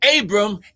Abram